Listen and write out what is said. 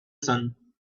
sun